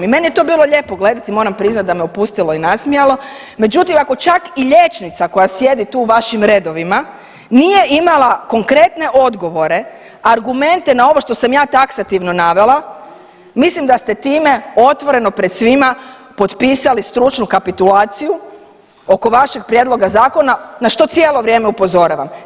I meni je to bilo lijepo gledati, moram priznati da me opustilo i nasmijalo, međutim ako čak i liječnica koja sjedi tu u vašim redovima nije imala konkretne odgovore, argumente na ovo što sam ja taksativno navela, mislim da ste time otvoreno pred svima potpisali stručnu kapitulaciju oko vašeg prijedloga zakona na što cijelo vrijeme upozoravam.